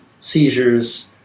seizures